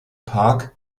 park